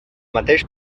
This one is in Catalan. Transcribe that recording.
mateix